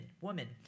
woman